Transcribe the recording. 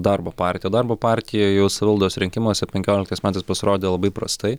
darbo partija darbo partija jau savivaldos rinkimuose penkioliktais metais pasirodė labai prastai